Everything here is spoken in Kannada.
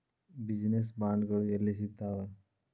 ಬಿಜಿನೆಸ್ ಬಾಂಡ್ಗಳು ಯೆಲ್ಲಿ ಸಿಗ್ತಾವ?